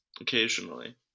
Occasionally